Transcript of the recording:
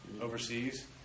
overseas